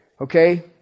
Okay